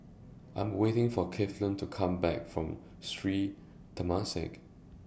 I Am waiting For Cleveland to Come Back from Sri Temasek